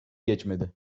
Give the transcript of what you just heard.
geçmedi